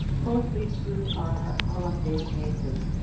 mostly through our online databases.